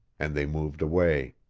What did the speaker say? and they moved away.